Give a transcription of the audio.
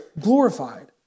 glorified